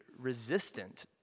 resistant